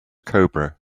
cobra